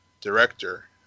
director